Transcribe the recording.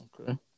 Okay